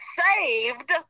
saved